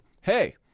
hey